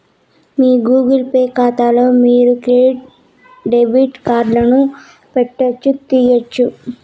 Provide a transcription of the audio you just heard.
మీ Google Pay కాతాలో మీరు మీ క్రెడిట్ డెబిట్ కార్డులను పెట్టొచ్చు, తీయొచ్చు